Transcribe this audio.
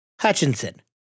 Hutchinson